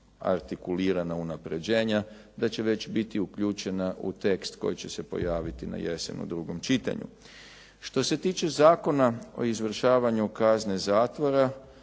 artikulirana unapređenja, da će već biti uključena u tekst koji će se pojaviti najesen u drugom čitanju. Što se tiče Zakona o izvršavanju kazne zatvora,